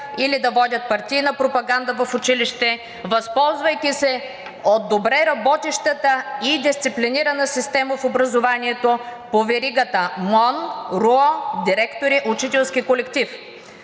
или да водят партийна пропаганда в училище, възползвайки се от добре работещата и дисциплинирана система в образованието по веригата МОН – РУО – директори – учителски колектив.